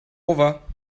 over